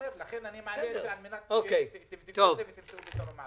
לכן אני מעלה את זה על מנת שתמצאו לזה פתרון.